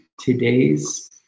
today's